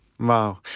Wow